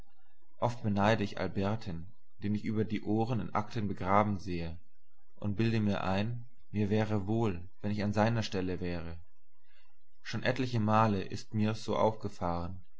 oft beneide ich alberten den ich über die ohren in akten begraben sehe und bilde mir ein mir wäre wohl wenn ich an seiner stelle wäre schon etlichemal ist mir's so aufgefahren